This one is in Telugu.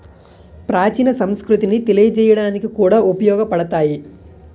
ప్రాచీన సంస్కృతిని తెలియజేయడానికి కూడా ఉపయోగపడతాయి